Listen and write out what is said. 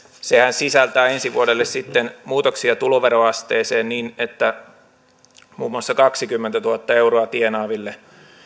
sisältää ensi vuodelle sitten muutoksia tuloveroasteeseen niin että muun muassa kaksikymmentätuhatta euroa tienaaville